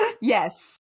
Yes